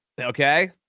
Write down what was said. okay